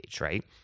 right